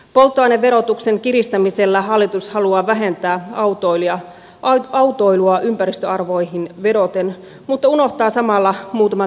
polttoaineverotuksen kiristämisellä hallitus haluaa vähentää autoilua ympäristöarvoihin vedoten mutta unohtaa samalla muutaman tärkeän asian